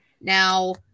Now